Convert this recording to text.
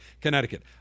Connecticut